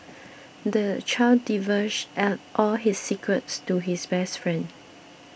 the child divulged at all his secrets to his best friend